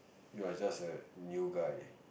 you're just a new guy